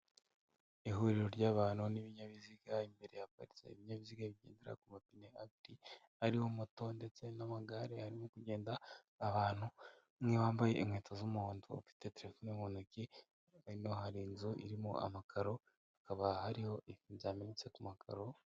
Ihuriro ry'abantu n'ibinyabiziga, imbere haparitse ibinyabiziga bigendera ku mapine abiri, hariho moto ndetse n'amagare, harimo kugenda abantu, umwe wambaye inkweto z'umuhondo ufite telefone mu ntoki, hino hari inzu irimo amakaro, hakaba hariho ibintu byametse ku makaro,,,